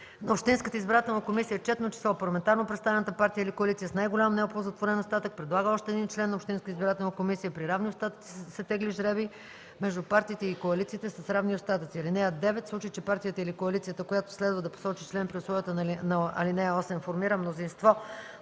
общинската избирателна комисия е четно число, парламентарно представената партия или коалиция с най-голям неоползотворен остатък предлага още един член на общинската избирателна комисия. При равни остатъци се тегли жребий между партиите и коалициите с равни остатъци. (9) В случай, че партията или коалицията, която следва да посочи член при условията на ал. 8, формира мнозинство